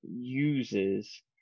uses